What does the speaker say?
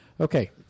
Okay